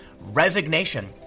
resignation